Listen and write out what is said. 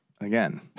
again